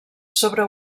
sobre